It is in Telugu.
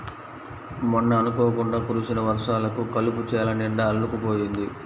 మొన్న అనుకోకుండా కురిసిన వర్షాలకు కలుపు చేలనిండా అల్లుకుపోయింది